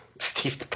Steve